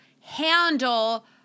handle